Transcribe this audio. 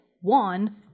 One